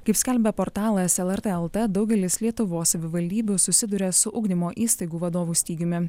kaip skelbia portalas lrt lt daugelis lietuvos savivaldybių susiduria su ugdymo įstaigų vadovų stygiumi